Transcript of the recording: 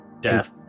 Death